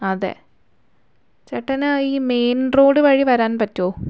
അതെ ചേട്ടൻ ഈ മെയിൻ റോഡ് വഴി വരാൻ പറ്റുമോ